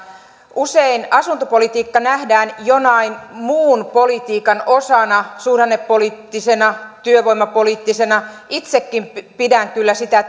usein asuntopolitiikka nähdään jonain muun politiikan osana suhdannepoliittisena työvoimapoliittisena itsekin pidän sitä